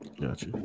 Gotcha